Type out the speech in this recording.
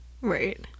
right